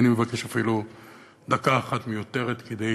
אינני מבקש אפילו דקה אחת מיותרת כדי